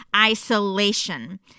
isolation